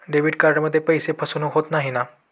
Debit कार्डमध्ये पैसे फसवणूक होत नाही ना?